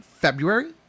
February